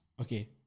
Okay